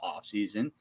offseason